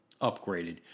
upgraded